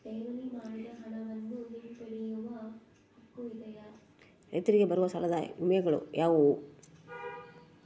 ರೈತರಿಗೆ ಬರುವ ಸಾಲದ ವಿಮೆಗಳು ಯಾವುವು?